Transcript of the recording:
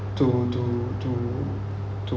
to to to to